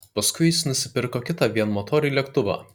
paskui jis nusipirko kitą vienmotorį lėktuvą